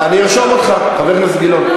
אני ארשום אותך, חבר הכנסת גילאון.